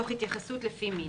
תוך התייחסות לפי מין.